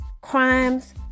crimes